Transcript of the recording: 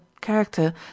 character